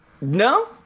No